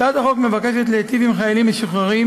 הצעת החוק מבקשת להיטיב עם חיילים משוחררים